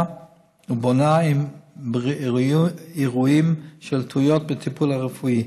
ובונה עם אירועים של טעויות בטיפול הרפואי.